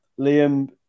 Liam